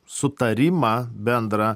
sutarimą bendrą